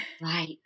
Right